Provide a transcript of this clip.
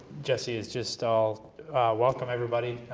jesse, is just i'll welcome everybody,